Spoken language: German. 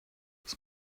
was